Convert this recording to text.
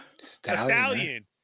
Stallion